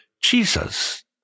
Jesus